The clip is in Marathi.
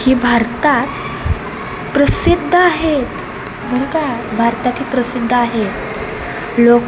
ही भारतात प्रसिद्ध आहेत बरं का भारतात ही प्रसिद्ध आहे लोक